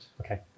Okay